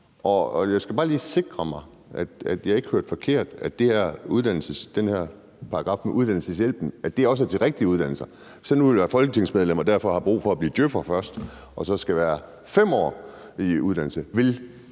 Jeg skal bare lige sikre mig, at jeg ikke hørte forkert, altså at den her paragraf med uddannelseshjælpen også er til rigtige uddannelser. Hvis man nu vil være folketingsmedlem og derfor har brug for først at være djøf'er og så skal være under uddannelse